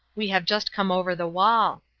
we have just come over the wall.